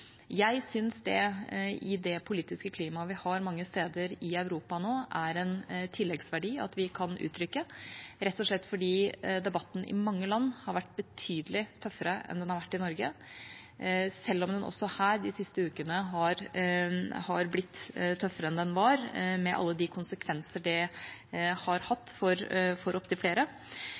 Jeg syns det – i det politiske klimaet vi har mange steder i Europa nå – er en tilleggsverdi at vi kan uttrykke det, rett og slett fordi debatten i mange land har vært betydelig tøffere enn den har vært i Norge, selv om den også her de siste ukene har blitt tøffere enn den var, med alle de konsekvenser det har hatt for opptil flere.